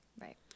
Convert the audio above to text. Right